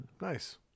Nice